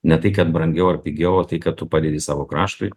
ne tai kad brangiau ar pigiau o tai kad tu padedi savo kraštui